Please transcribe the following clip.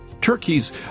Turkeys